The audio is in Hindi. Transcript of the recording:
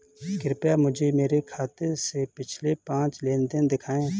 कृपया मुझे मेरे खाते से पिछले पांच लेन देन दिखाएं